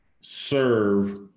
serve